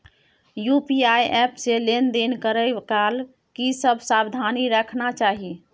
UPI app से लेन देन करै काल की सब सावधानी राखना चाही?